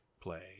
play